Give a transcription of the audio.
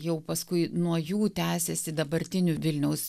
jau paskui nuo jų tęsiasi dabartinių vilniaus